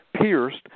pierced